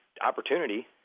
opportunity